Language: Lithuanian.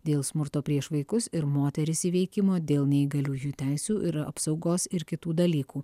dėl smurto prieš vaikus ir moteris įveikimo dėl neįgaliųjų teisių ir apsaugos ir kitų dalykų